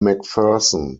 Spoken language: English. mcpherson